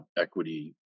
equity